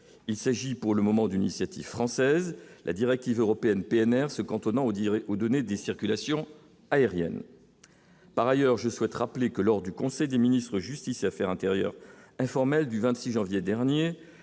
il s'agit pour le moment d'une initiative française la directive européenne PNR se cantonnant au Direct ou donner des circulations aériennes, par ailleurs, je souhaite rappeler que lors du conseil des ministres Justice affaires intérieures informel du 26 janvier dernier